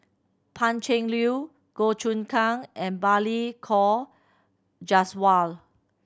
Pan Cheng Lui Goh Choon Kang and Balli Kaur Jaswal